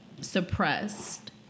suppressed